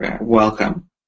Welcome